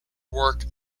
work